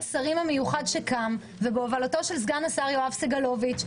השרים המיוחד שקם בהובלתו של סגן השר יואב סגלוביץ',